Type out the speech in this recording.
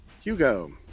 Hugo